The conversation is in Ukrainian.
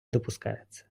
допускається